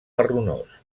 marronós